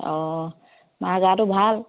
অঁ মাৰ গাটো ভাল